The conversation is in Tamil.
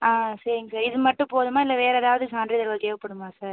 ஆ சரிங்க சார் இது மட்டும் போதுமா இல்லை வேறு ஏதாவது சான்றிதழ்கள் தேவைப்படுமா சார்